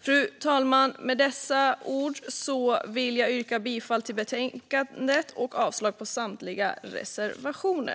Fru talman! Med dessa ord vill jag yrka bifall till utskottets förslag i betänkandet och avslag på samtliga reservationer.